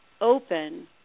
open